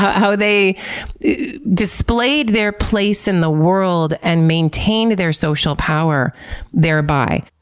how they displayed their place in the world and maintained their social power thereby.